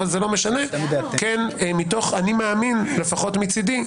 אבל זה לא משנה לפחות מצדי,